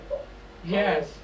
Yes